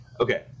okay